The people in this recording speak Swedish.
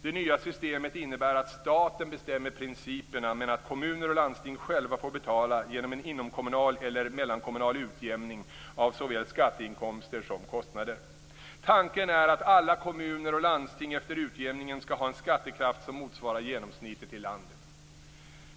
Det nya systemet innebär att staten bestämmer principerna, men att kommuner och landsting själva får betala genom en inomkommunal eller mellankommunal utjämning av såväl skatteinkomster som kostnader. Tanken är att alla kommuner och landsting efter utjämningen skall ha en skattekraft som motsvarar genomsnittet i landet.